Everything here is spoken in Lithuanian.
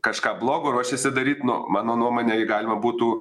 kažką blogo ruošėsi daryt mano nuomone galima būtų